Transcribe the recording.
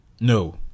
no